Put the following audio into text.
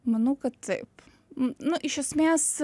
manau kad taip nu iš esmės